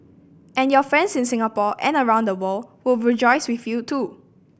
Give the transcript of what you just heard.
and your friends in Singapore and around the world will rejoice with you too